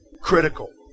Critical